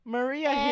Maria